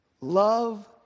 Love